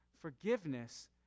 Forgiveness